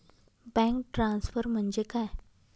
Bank transfer म्हणजे काय?